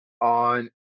on